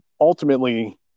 ultimately